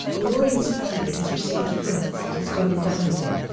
noreen's family has received threats and has gone into hiding.